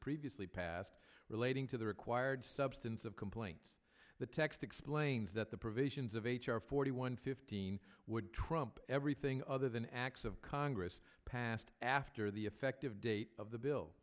previously passed relating to the required substance of complaints the text explains that the provisions of h r forty one fifteen would trump everything other than acts of congress passed after the effective date of the bill